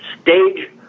stage